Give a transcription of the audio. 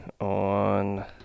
on